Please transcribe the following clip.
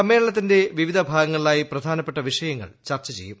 സമ്മേളനത്തിന്റെ വിവിധ ഭാഗങ്ങളിലായി പ്രധാനപ്പെട്ട വിഷയങ്ങൾ ചർച്ച ചെയ്യും